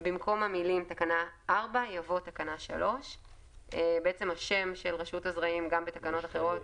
במקום המילים "תקנה 4" יבוא "תקנה 3"; גם בתקנות אחרות